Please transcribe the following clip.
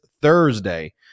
Thursday